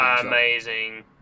amazing